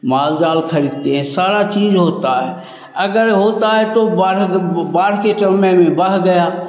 माल जाल ख़रीदते हैं सारी चीज़ें होती हैं अगर होता है तो बाढ़ के बाढ़ के टर्म में भी बह गया